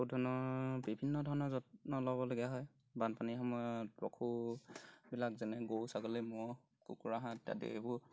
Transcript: পশুধনৰ বিভিন্ন ধৰণৰ যত্ন ল'বলগীয়া হয় বানপানীৰ সময়ত পশুবিলাক যেনে গৰু ছাগলী ম'হ কুকুৰা হাঁহ ইত্যাদি এইবোৰ